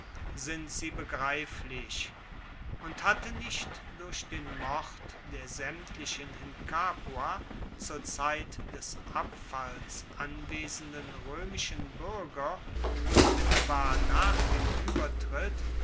sind sie begreiflich und hatte nicht durch den mord der saemtlichen in capua zur zeit des abfalls anwesenden roemischen buerger unmittelbar nach dem uebertritt